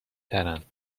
ترند